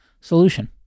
solution